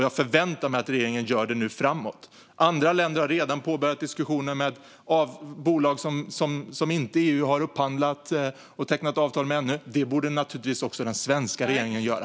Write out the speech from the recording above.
Jag förväntar mig att regeringen gör det nu framåt. Andra länder har redan påbörjat diskussioner med bolag som EU ännu inte har upphandlat från och tecknat avtal med. Det borde naturligtvis också den svenska regeringen göra.